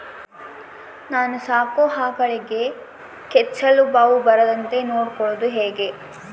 ನಾನು ಸಾಕೋ ಆಕಳಿಗೆ ಕೆಚ್ಚಲುಬಾವು ಬರದಂತೆ ನೊಡ್ಕೊಳೋದು ಹೇಗೆ?